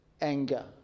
Anger